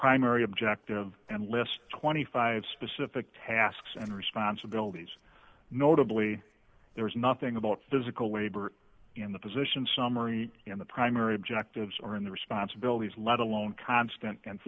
primary objective and list twenty five dollars specific tasks and responsibilities notably there is nothing about physical labor in the position summary in the primary objectives or in the responsibilities let alone constant and